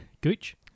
gooch